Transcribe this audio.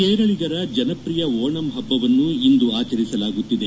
ಕೇರಳಿಗರ ಜನಪ್ರಿಯ ಓಣಂ ಪಭ್ವವನ್ನು ಇಂದು ಆಚರಿಸಲಾಗುತ್ತಿದೆ